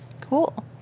Cool